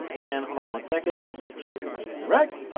and hold on one second. let's make sure that's correct.